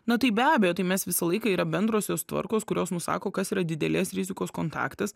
na tai be abejo tai mes visą laiką yra bendrosios tvarkos kurios nusako kas yra didelės rizikos kontaktas